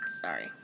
Sorry